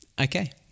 Okay